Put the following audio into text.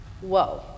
Whoa